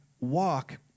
walk